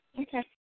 okay